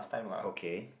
okay